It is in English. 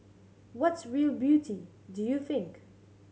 what's real beauty do you think